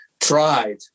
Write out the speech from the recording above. tried